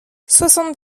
soixante